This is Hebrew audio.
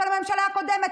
של הממשלה הקודמת.